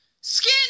skin